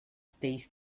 stays